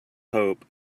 hope